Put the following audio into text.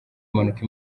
impanuka